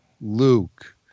Luke